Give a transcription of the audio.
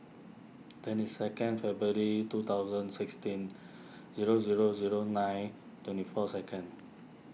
twenty second February two thousand sixteen zero zero zero nine twenty four second